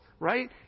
Right